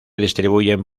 distribuyen